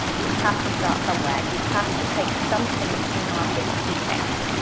you have to start somewhere. you have to take something to market to to test.